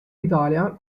italia